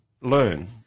learn